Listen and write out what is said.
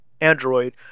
Android